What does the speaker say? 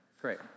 Great